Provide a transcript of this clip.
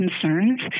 concerns